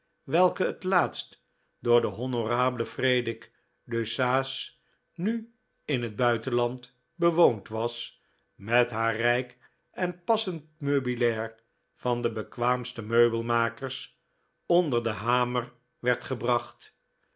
welke het laatst door den honourable frederic deuceace nu in het buitenland bewoond was met haar rijk en passend meubilair van de bekwaamste meubelmakers onder den hamer werd gebracht